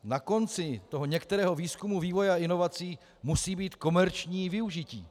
Na konci toho některého výzkumu, vývoje a inovací, musí být komerční využití.